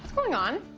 going on?